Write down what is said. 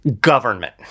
Government